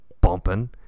bumping